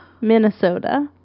minnesota